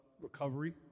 recovery